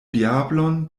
diablon